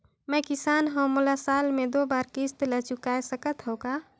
मैं किसान हव मोला साल मे दो बार किस्त ल चुकाय सकत हव का?